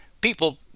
people